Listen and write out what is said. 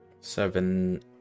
seven